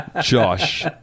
Josh